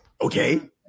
okay